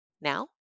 Now